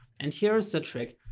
and here's the trick.